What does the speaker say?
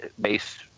base